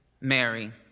Mary